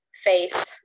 face